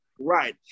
right